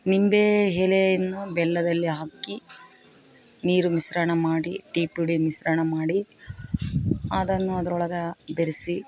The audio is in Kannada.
ನಿಂಬೆ ಎಲೆಯನ್ನು ಬೆಲ್ಲದಲ್ಲಿ ಹಾಕಿ ನೀರು ಮಿಶ್ರಣ ಮಾಡಿ ಟೀಪುಡಿ ಮಿಶ್ರಣ ಮಾಡಿ ಅದನ್ನು ಅದ್ರೊಳಗೆ ಬೆರೆಸಿ